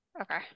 Okay